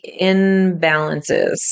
imbalances